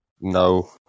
No